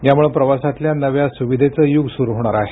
यामुळं प्रवासातल्या नव्या सुविधेचं युग सुरू होणार आहे